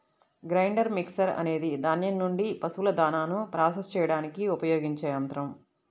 grinder mixer అనేది ధాన్యం నుండి పశువుల దాణాను ప్రాసెస్ చేయడానికి ఉపయోగించే యంత్రం